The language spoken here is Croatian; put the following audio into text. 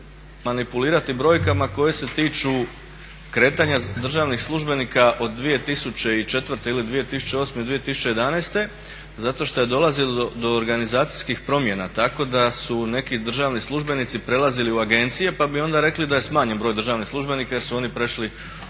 manipulirati brojkama koje se tiču kretanja državnih službenika od 2004.ili 2008.-2011.zato što je dolazilo do organizacijskih promjena, tako da su neki državni službenici prelazili u agencije pa bi onda rekli da je smanjen broj državnih službenika jer su oni prešli